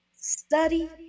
study